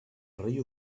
rei